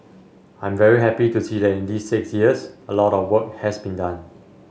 I'm very happy to see that in these six years a lot of work has been done